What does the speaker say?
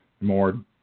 more